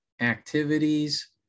activities